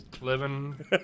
living